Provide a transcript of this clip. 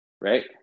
right